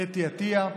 אתי עטייה,